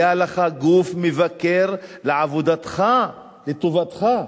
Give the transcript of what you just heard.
היה לך גוף מבקר לעבודתך, לטובתך.